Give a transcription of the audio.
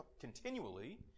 continually